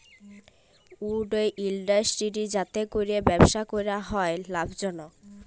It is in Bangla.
উড ইলডাসটিরি যাতে ক্যরে ব্যবসা ক্যরা হ্যয় লাভজলক